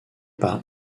par